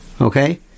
Okay